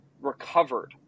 recovered